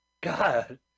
God